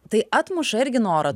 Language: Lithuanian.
tai atmuša irgi norą